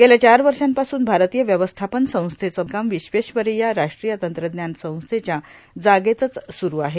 गेल्या चार वर्षांपासून भारतीय व्यवस्थापन संस्थेचं बांधकाम विश्वेश्वरैय्या राष्ट्रीय तंत्रज्ञान संस्थेच्या जागेतच स्रुरू आहे